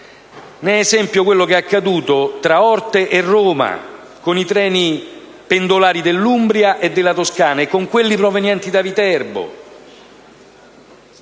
Ne è esempio quanto accaduto tra Orte e Roma, con i treni pendolari dell'Umbria e della Toscana, e con quelli provenienti da Viterbo.